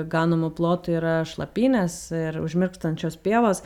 ganamų plotai yra šlapynės ir užmirkstančios pievos